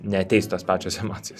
neateis tos pačios emocijos